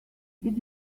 did